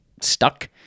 stuck